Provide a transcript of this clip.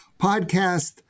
Podcast